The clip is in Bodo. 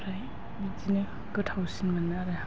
ओमफ्राय बिदिनो गोथावसिन मोनो आरो